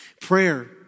Prayer